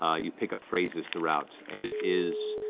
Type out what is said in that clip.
ah you pick up phrases throughout, and it is